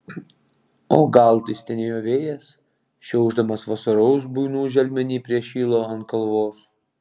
o gal tai stenėjo vėjas šiaušdamas vasarojaus buinų želmenį prie šilo ant kalvos